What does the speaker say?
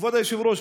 כבוד היושב-ראש,